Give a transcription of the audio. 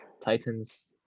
titans